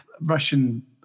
Russian